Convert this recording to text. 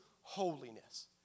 holiness